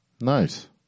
Nice